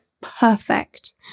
perfect